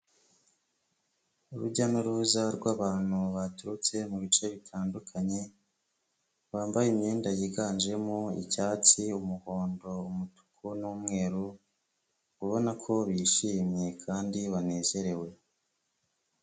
Urujya n'uruza rw'abantu baturutse mu bice bitandukanye bambaye imyenda yiganjemo icyatsi, umuhondo, umutuku n'umweru, ubona ko bishimye kandi banezerewe.